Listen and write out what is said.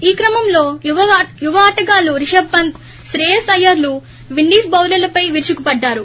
ఈ క్రమంలో యువ ఆటగాళ్లు రిషబ్ పంత్ శ్రేయస్ అయ్యర్లు విండీస్ బౌలర్లపై విరుచుకుపడ్డారు